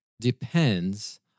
depends